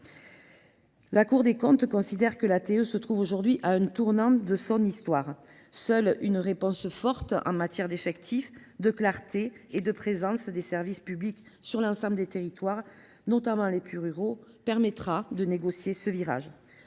La Cour des comptes considère que les services de l’État territorial sont à « un tournant de leur histoire ». Seule une réponse forte en matière d’effectifs, de clarté et de présence des services publics sur l’ensemble des territoires, notamment les plus ruraux, permettra de négocier ce virage.